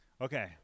Okay